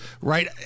right